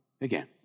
again